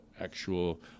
actual